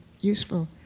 useful